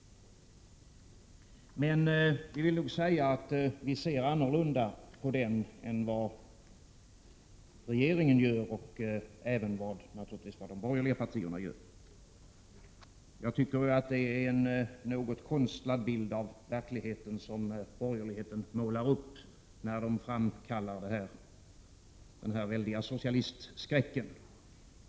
Men vi ser nog annorlunda på en sådan än vad regeringen och, självfallet, även de borgerliga partierna gör. Det är en något konstlad bild av verkligheten som de borgerliga målar upp apropå den stora socialistskräck som man framkallar.